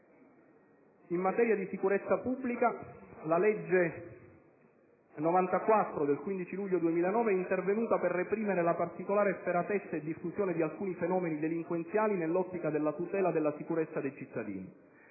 In materia di sicurezza pubblica, la legge 15 luglio 2009, n. 94, è intervenuta per reprimere la particolare efferatezza e diffusione di alcuni fenomeni delinquenziali, nell'ottica della tutela della sicurezza dei cittadini.